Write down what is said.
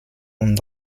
und